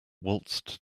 waltzed